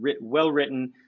well-written